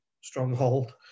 stronghold